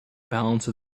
balance